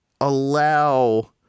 allow